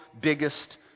biggest